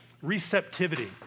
receptivity